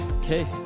Okay